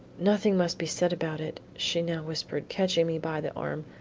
nothing must be said about it, she now whispered, catching me by the arm.